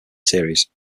series